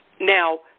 Now